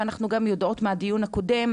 ואנחנו גם יודעות מהדיון הקודם,